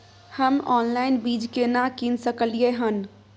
हम ऑनलाइन बीज केना कीन सकलियै हन?